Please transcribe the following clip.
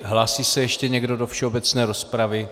Hlásí se ještě někdo do všeobecné rozpravy?